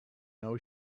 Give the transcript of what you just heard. know